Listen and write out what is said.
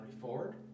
Ford